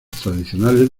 tradicionales